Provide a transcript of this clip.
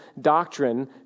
doctrine